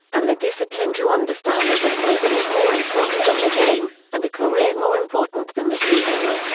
and the discipline to understand that the season is more important than the game, and a career more important than the season.